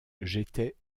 j’étais